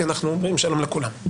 כי אנחנו אומרים שלום לכולם.